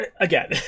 Again